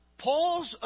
Paul's